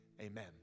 amen